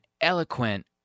eloquent